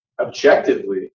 objectively